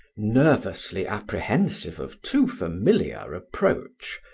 nervously apprehensive of too familiar approach,